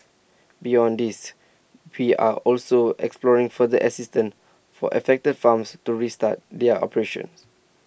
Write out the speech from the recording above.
beyond these we are also exploring further assistance for affected farms to restart their operations